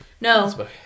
No